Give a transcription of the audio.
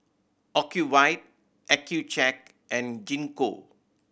Ocuvite Accucheck and Gingko